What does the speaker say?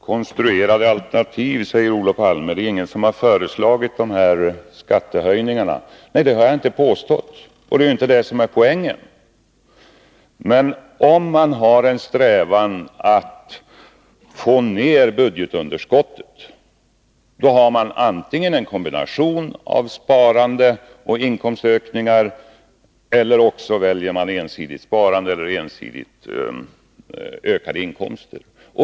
Herr talman! Konstruerade alternativ, säger Olof Palme. Det är ingen som har föreslagit den här omfattningen av skattehöjningar. Nej, det har jag inte påstått. Det är inte det som är poängen. Men om man har en strävan att få ner budgetunderskottet, väljer man antingen en kombination av sparande och inkomstökningar eller också väljer man ensidigt sparande eller ensidigt ökade inkomster.